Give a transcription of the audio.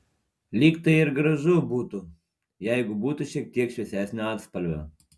lyg tai ir gražu būtų jeigu būtų šiek tiek šviesesnio atspalvio